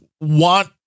want